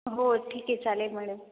हो ठीक आहे चालेल मॅडम